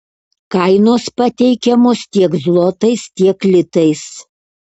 kainos pateikiamos tiek zlotais tiek litais